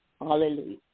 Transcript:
Hallelujah